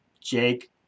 Jake